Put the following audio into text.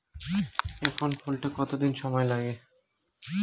Account খুলতে কতদিন সময় লাগে?